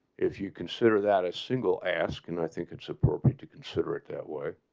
if you consider that a single ask and i think it's appropriate to consider it, that way